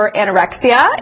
anorexia